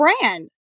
brand